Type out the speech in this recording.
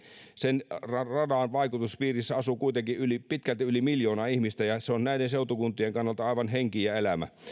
sen radan vaikutuspiirissä asuu kuitenkin pitkälti yli miljoona ihmistä ja se on näiden seutukuntien kannalta aivan henki ja elämä